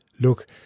Look